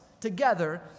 together